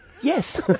Yes